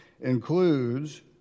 includes